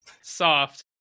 soft